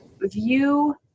view